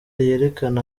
yerekana